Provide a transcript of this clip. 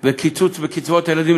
וקיצוץ בקצבאות ילדים,